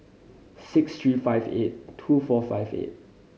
six three five eight two four five eight